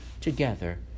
together